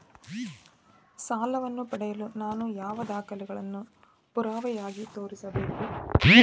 ಸಾಲವನ್ನು ಪಡೆಯಲು ನಾನು ಯಾವ ದಾಖಲೆಗಳನ್ನು ಪುರಾವೆಯಾಗಿ ತೋರಿಸಬೇಕು?